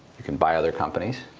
you can buy other companies,